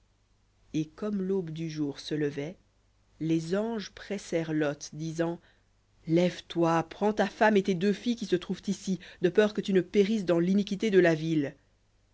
et comme l'aube du jour se levait les anges pressèrent lot disant lève-toi prends ta femme et tes deux filles qui se trouvent ici de peur que tu ne périsses dans l'iniquité de la ville